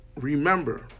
remember